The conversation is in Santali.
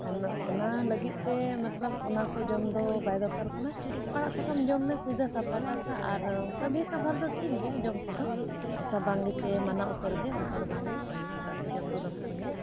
ᱚᱱᱟ ᱞᱟᱹᱜᱤᱫ ᱛᱮ ᱢᱚᱛᱞᱚᱵᱽ ᱚᱱᱟ ᱠᱚ ᱡᱚᱢ ᱫᱚ ᱵᱟᱭ ᱫᱚᱨᱠᱟᱨ ᱠᱟᱱᱟ ᱟᱲᱟᱜ ᱥᱟᱠᱟᱢ ᱡᱚᱢ ᱢᱮ ᱥᱤᱫᱷᱟᱹ ᱥᱟᱯᱷᱟ ᱴᱟᱥᱟ ᱟᱨ ᱠᱟᱵᱷᱤ ᱠᱟᱵᱷᱟᱨ ᱫᱚ ᱴᱷᱤᱠ ᱜᱮᱭᱟ ᱡᱚᱢ ᱠᱚᱫᱚ ᱮᱭᱥᱟ ᱵᱟᱝ ᱜᱮ ᱪᱮ ᱢᱟᱱᱟ ᱩᱛᱟᱹᱨ ᱜᱮ ᱚᱱᱠᱟ ᱫᱚ ᱵᱟᱝ ᱜᱮ ᱠᱟᱵᱷᱤ ᱠᱟᱵᱷᱟᱨ ᱫᱚ ᱡᱚᱢ ᱫᱚ ᱫᱚᱨᱠᱟᱨ ᱜᱮᱭᱟ